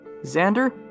Xander